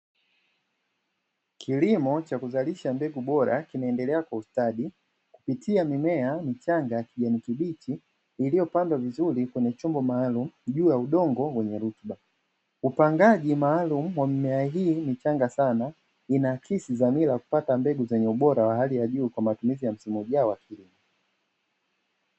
Kilimo cha kuzalisha mbegu bora kinaendelea kwa ustadi kupitia mimea michanga ya kijani kibichi, iliyopandwa vizuri kwenye chombo maalumu juu ya udongo wenye rutuba, upangaji maalumu wa mimea hii michanga sana, inaakisi dhamira ya kupata mbegu zenye ubora wa hali ya juu kwa matumizi ya msimu ujao wa kilimo.